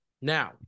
Now